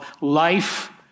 Life